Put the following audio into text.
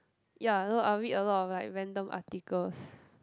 ya I know I will read a lot of like random articles